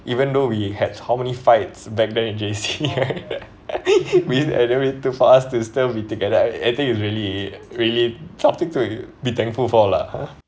even though we had how many fights back then in J_C right we anyway to for us to still be together I think it's really really something to be thankful for lah ha